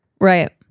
Right